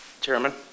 Chairman